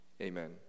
Amen